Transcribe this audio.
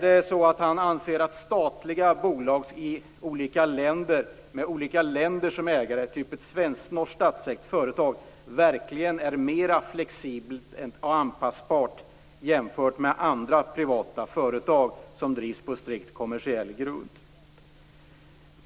Anser näringsministern att statliga bolag i olika länder och med olika länder som ägare - typ ett svensk-norskt statsägt företag - verkligen är mer flexibela och anpassbara jämfört med andra privata företag som drivs på strikt kommersiell grund?